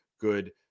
good